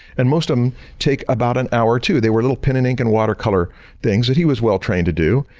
and most of them take about an hour or two. they were a little pen and ink and watercolor things that he was well trained to do.